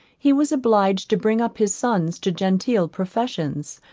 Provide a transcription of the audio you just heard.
he was obliged to bring up his sons to genteel professions,